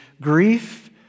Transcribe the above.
grief